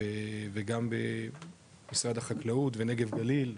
וגם במשרד החקלאות ונגב גליל,